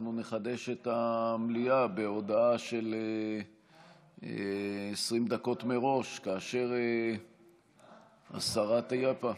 אנחנו נחדש את המליאה בהודעה של 20 דקות מראש כאשר השרה תהיה פה,